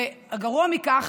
וגרוע מכך,